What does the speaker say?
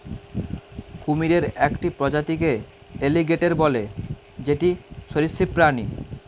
কুমিরের একটি প্রজাতিকে এলিগেটের বলে যেটি সরীসৃপ প্রাণী